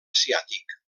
asiàtic